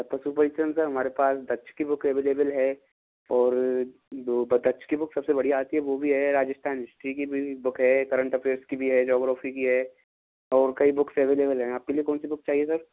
सत्त सर हमारे पास दक्ष की बुक अवेलेबल है और दो प्रत्यक्ष की बुक सबसे बढ़िया आती है वह भी है राजस्थान हिस्ट्री की भी बुक है करंट अफेयर्स की भी है ज्योग्राफी की है और कई बुक्स अवेलेबल हैं आप के लिए कौनसी बुक चाहिए सर